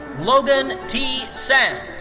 logan t. sand.